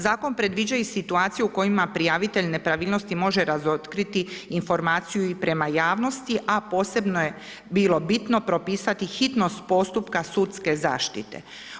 Zakon predviđa i situaciju u kojima prijavitelj nepravilnosti može razotkriti informaciju i prema javnosti a posebno je bilo bitno propisati hitnost postupka sudske zaštite.